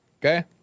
okay